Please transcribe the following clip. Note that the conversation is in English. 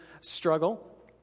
struggle